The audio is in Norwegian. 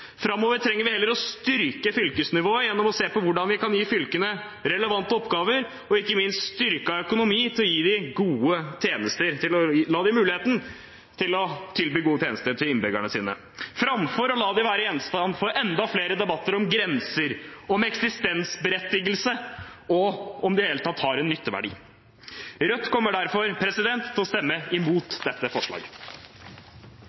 Framover trenger vi heller å styrke fylkesnivået gjennom å se på hvordan vi kan gi fylkene relevante oppgaver og ikke minst styrket økonomi til å gi dem muligheten til å tilby gode tjenester til innbyggerne sine – framfor å la dem være gjenstand for enda flere debatter om grenser, om eksistensberettigelse og om de i det hele tatt har en nytteverdi. Rødt kommer derfor til å stemme